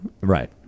Right